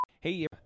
Hey